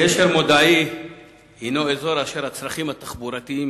התגובה: גשר מודעי הינו אזור אשר הצרכים התחבורתיים